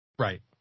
Right